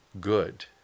good